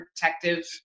protective